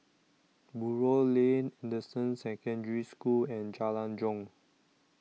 Buroh Lane Anderson Secondary School and Jalan Jong